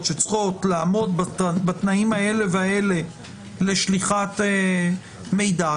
שצריכות לעמוד בתנאים אלה ואלה לשליחת מידע.